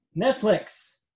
Netflix